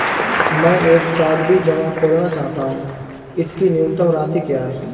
मैं एक सावधि जमा खोलना चाहता हूं इसकी न्यूनतम राशि क्या है?